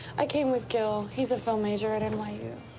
i came with gil. he's a film major at and like